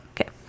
okay